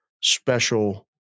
special